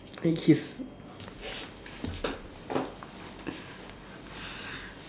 like his